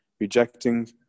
rejecting